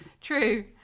True